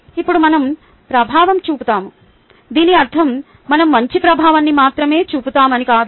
ఇప్పుడు మనం ప్రభావం చూపుతాము దీని అర్థం మనం మంచి ప్రభావాన్ని మాత్రమే చూపుతామని కాదు